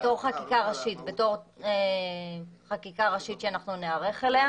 בתור חקיקה ראשית שאנחנו ניערך אליה,